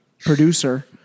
producer